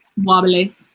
wobbly